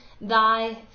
thy